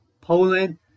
Poland